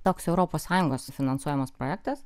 toks europos sąjungos finansuojamas projektas